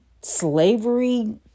slavery